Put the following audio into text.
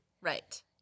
Right